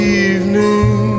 evening